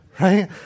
right